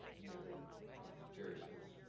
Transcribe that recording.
any other yes, jerry, please.